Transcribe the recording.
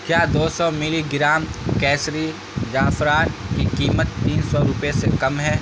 کیا دو سو ملی گرام کیسری زعفران کی قیمت تین سو روپئے سے کم ہے